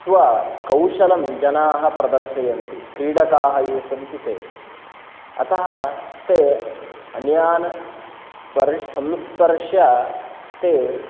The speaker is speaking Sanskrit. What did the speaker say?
स्वकौशलं जनाः प्रदर्शयन्ति क्रीडकाः ये सन्ति ते अतः ते अन्यान् स्पर् संस्पर्श्य ते